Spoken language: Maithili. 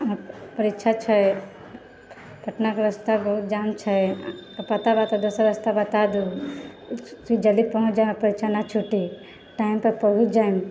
परीक्षा छै पटनाके रास्ता बहुत जाम छै तऽ पता रहै तऽ दोसर रास्ता बताय दू जल्दी पहुँच जाउ परीक्षा नहि छुटै टाइमपर पहुँच जाइम